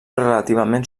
relativament